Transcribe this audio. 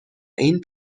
این